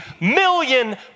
million